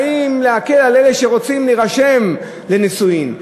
באים להקל על אלה שרוצים להירשם לנישואים.